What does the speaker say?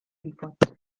infot